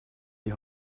die